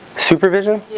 supervision